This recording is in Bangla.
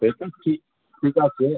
সে তো ঠিক ঠিক আছে